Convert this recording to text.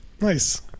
nice